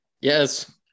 Yes